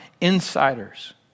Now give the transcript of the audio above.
insiders